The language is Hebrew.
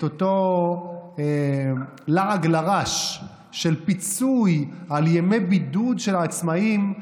אותו לעג לרש של פיצוי על ימי בידוד של העצמאים,